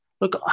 Look